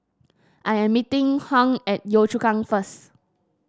I am meeting Hung at Yio Chu Kang first